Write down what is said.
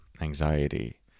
anxiety